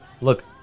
Look